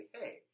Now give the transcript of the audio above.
hey